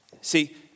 See